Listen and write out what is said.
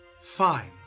fine